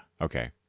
okay